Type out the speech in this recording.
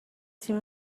تیم